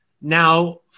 Now